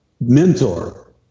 mentor